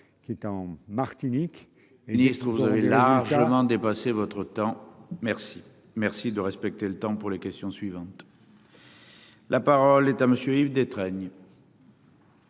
qui est en Martinique. Et ministre vous avez largement dépassé votre temps. Merci, merci de respecter le temps pour les questions suivantes. La parole est à monsieur Yves Détraigne.